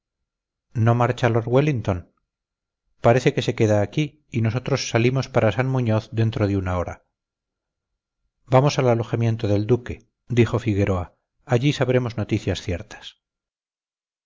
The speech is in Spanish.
no marcha lord wellington parece que se queda aquí y nosotros salimos para san muñoz dentro de una hora vamos al alojamiento del duque dijo figueroa allí sabremos noticias ciertas